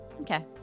Okay